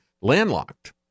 landlocked